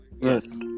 Yes